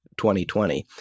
2020